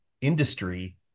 industry